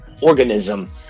organism